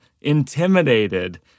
intimidated